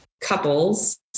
couples